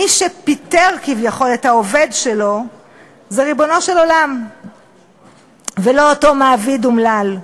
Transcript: מי שפיטר כביכול את העובד שלו זה ריבונו של עולם ולא אותו מעביד אומלל.